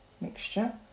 mixture